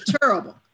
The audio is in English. terrible